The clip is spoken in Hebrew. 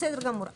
בסדר גמור.